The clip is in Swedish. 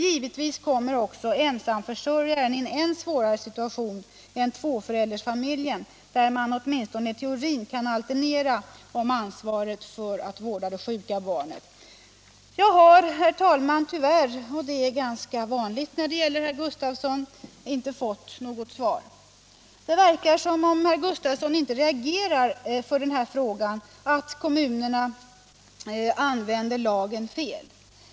Givetvis kommer också ensamförsörjaren i en ännu svårare situation än tvåföräldersfamiljen, där man åtminstone i teorin kan alternera i fråga om ansvaret för att vårda det sjuka barnet. Herr talman! Jag har tyvärr — och det är ganska vanligt när det gäller herr Gustavsson — inte fått något svar. Det verkar som om herr Gustavsson inte reagerar för detta att kommunerna använder lagen fel.